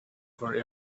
for